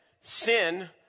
sin